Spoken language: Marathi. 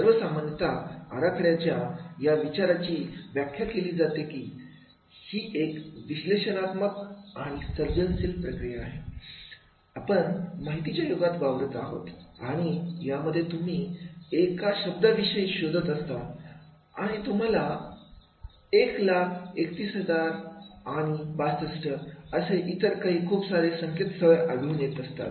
सर्वसामान्यतः आराखड्याच्या या विचारांची व्याख्या अशी केली जाते की ही एक विश्लेषणात्मक आणि आणि सर्जनशील प्रक्रिया आहे आपण माहितीच्या युगात वावरत आहोत आणि यामध्ये तुम्ही एका शब्दा विषयी शोधत असतात आणि तुम्हाला एक लाख 31 हजार आणि 62 असे आणि इतरही खूप सारी संकेतस्थळे आढळून येतात